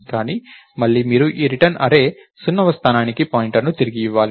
కానీ మళ్లీ మీరు ఈ రిటర్న్ అర్రే 0వ స్థానానికి పాయింటర్ను తిరిగి ఇవ్వాలి